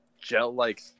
gel-like